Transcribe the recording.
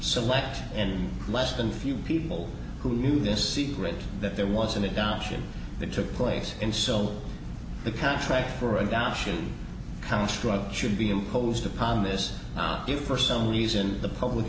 selected in less than a few people who knew this secret that there was an adoption that took place and so the contract for adoption castrato should be imposed upon this first some reason the public